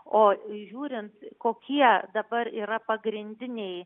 o žiūrint kokie dabar yra pagrindiniai